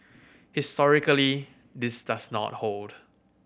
historically this does not hold